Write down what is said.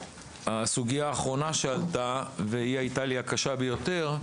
הסוגייה האחרונה שעלתה, והיא הייתה לי הקשה ביותר,